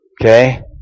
okay